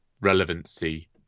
relevancy